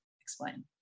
Explain